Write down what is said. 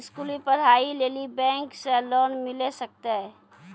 स्कूली पढ़ाई लेली बैंक से लोन मिले सकते?